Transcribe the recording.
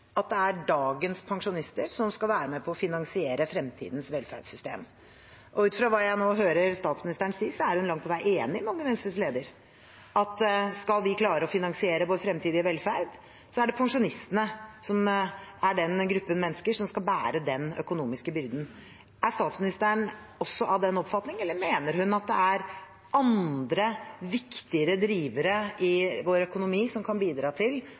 at det er dagens pensjonister som skal være med på å finansiere fremtidens velferdssystem. Ut fra hva jeg nå hører statsministeren sier, er hun langt på vei enig med Unge Venstres leder, at skal vi klare å finansiere vår fremtidige velferd, er det pensjonistene som er den gruppen mennesker som skal bære den økonomiske byrden. Er statsministeren også av den oppfatning, eller mener hun at det er andre viktigere drivere i vår økonomi som kan bidra til